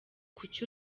kuki